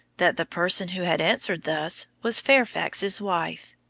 that the person who had answered thus was fairfax's wife,